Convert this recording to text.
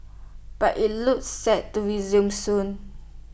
but IT looks set to resume soon